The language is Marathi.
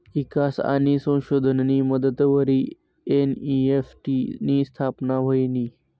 ईकास आणि संशोधननी मदतवरी एन.ई.एफ.टी नी स्थापना व्हयनी